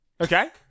Okay